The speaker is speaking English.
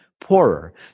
poorer